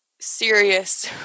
serious